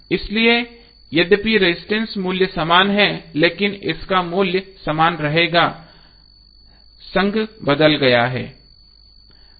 इसलिए यद्यपि रजिस्टेंस मूल्य समान है लेकिन इसका मूल्य समान रहेगा लेकिन संघ बदल गया है